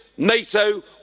NATO